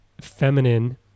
feminine